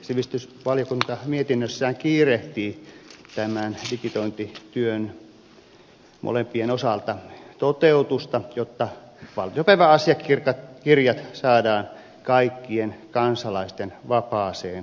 sivistysvaliokunta mietinnössään kiirehtii molempien digitointitöitten toteutusta jotta valtiopäiväasiakirjat saadaan kaikkien kansalaisten vapaaseen käyttöön